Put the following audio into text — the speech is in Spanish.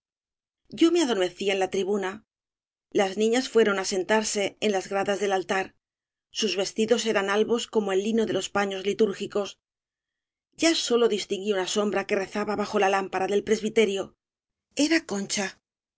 yo me adormecía en la tribu na las niñas fueron á sentarse en las gra das del altar sus vestidos eran albos como el lino de los paños litúrgicos ya sólo dis tinguí una sombra que rezaba bajo la lám para del presbiterio era concha